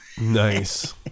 Nice